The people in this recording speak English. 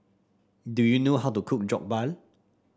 do you know how to cook Jokbal